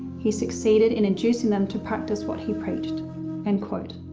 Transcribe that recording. he succeeded in inducing them to practice what he preached end quote.